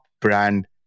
brand